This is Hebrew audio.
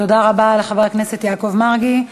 תודה רבה לחבר הכנסת יעקב מרגי.